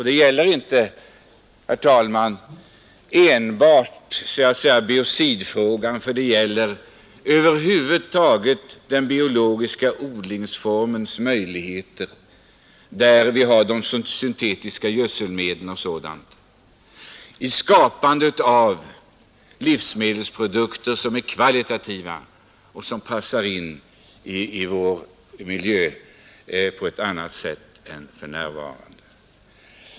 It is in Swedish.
Det gäller inte enbart biocidfrågan, utan det gäller över huvud taget den biologiska odlingsformens möjligheter att frambringa livsmedel som är av hög kvalitet och som passar in i vår miljö på ett annat sätt än för närvarande.